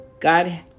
God